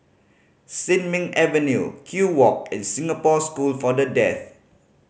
Sin Ming Avenue Kew Walk and Singapore School for The Deaf